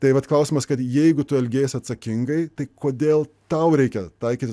tai vat klausimas kad jeigu tu elgiesi atsakingai tai kodėl tau reikia taikyti